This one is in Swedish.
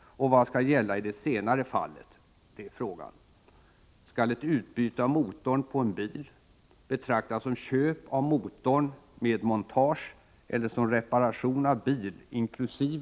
Och vad skall gälla i det senare fallet? Skall ett utbyte av motorn på en bil betraktas som köp av motor med montage eller som reparation av bil inkl.